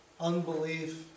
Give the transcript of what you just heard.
unbelief